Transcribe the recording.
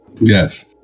Yes